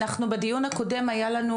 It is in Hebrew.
היה לנו